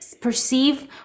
perceive